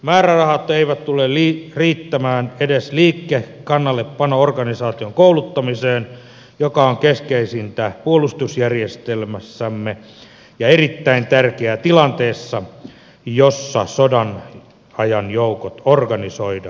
määrärahat eivät tule riittämään edes liikekannallepano organisaation kouluttamiseen jo ka on keskeisintä puolustusjärjestelmässämme ja erittäin tärkeää tilanteessa jossa sodanajan joukot organisoidaan uudelleen